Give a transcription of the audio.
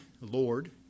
Lord